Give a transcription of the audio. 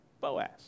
Boaz